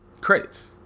credits